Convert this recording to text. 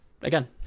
again